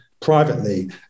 Privately